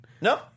No